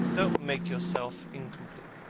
don't make yourself incomplete.